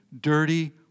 dirty